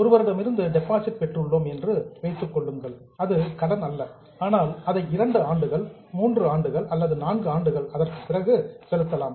ஒருவரிடமிருந்து டெபாசிட் பெற்று உள்ளோம் என்று வைத்துக் கொள்ளுங்கள் அது கடன் அல்ல ஆனால் அதை 2 ஆண்டுகள் 3 ஆண்டுகள் 4 ஆண்டுகள் அதற்குப் பிறகு செலுத்தலாம்